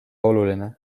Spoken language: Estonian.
oluline